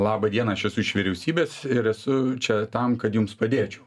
laba diena aš esu iš vyriausybės ir esu čia tam kad jums padėčiau